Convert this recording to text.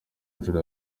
nshuro